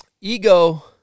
ego